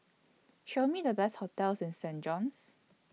Show Me The Best hotels in Saint John's